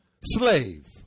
Slave